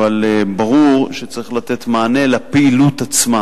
אבל ברור שצריך לתת מענה לפעילות עצמה.